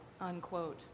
unquote